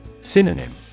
Synonym